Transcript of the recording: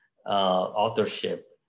Authorship